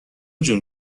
جون